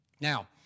Now